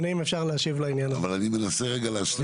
כדי להגיד